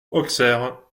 auxerre